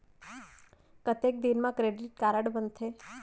कतेक दिन मा क्रेडिट कारड बनते?